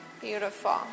Beautiful